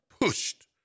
pushed